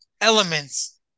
elements